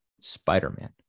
Spider-Man